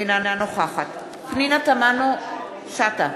אינה נוכחת פנינה תמנו-שטה,